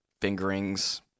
fingerings